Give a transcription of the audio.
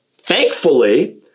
Thankfully